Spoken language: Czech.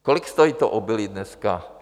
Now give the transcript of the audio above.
Kolik stojí obilí dneska?